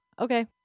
Okay